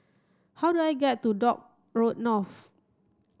how do I get to Dock Road North